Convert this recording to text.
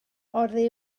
oddi